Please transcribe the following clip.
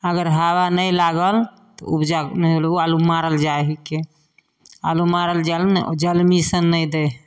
अगर हवा नहि लागल तऽ उपजा नहि भेल ओ आलू मारल जाए हइके आलू मारल जाए ने तऽ जनमीसब नहि दै हइ